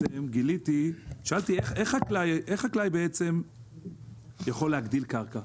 למשרד שאלתי, איך חקלאי יכול להגדיל קרקע?